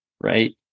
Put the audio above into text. right